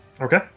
Okay